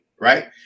right